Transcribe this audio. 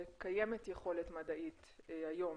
שקיימת יכולת מדעית היום